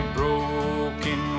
broken